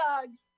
dogs